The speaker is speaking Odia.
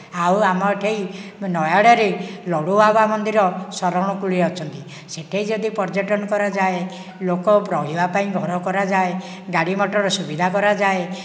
ଆଉ ଆମ ଏଇଠି ନୟାଗଡ଼ରେ ଲଡ଼ୁବାବା ମନ୍ଦିର ଶରଣ କୁଳି ଅଛନ୍ତି ସେଇଠି ଯଦି ପର୍ଯ୍ୟଟନ କରାଯାଏ ଲୋକ ରହିବା ପାଇଁ ଘର କରାଯାଏ ଗାଡ଼ି ମୋଟର ସୁବିଧା କରାଯାଏ